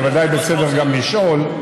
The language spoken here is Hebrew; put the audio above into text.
ובוודאי בסדר גם לשאול,